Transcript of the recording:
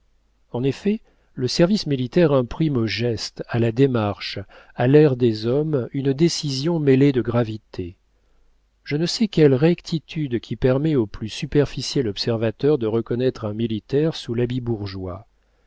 en effet le service militaire imprime aux gestes à la démarche à l'air des hommes une décision mêlée de gravité je ne sais quelle rectitude qui permet au plus superficiel observateur de reconnaître un militaire sous l'habit bourgeois